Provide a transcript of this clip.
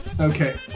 Okay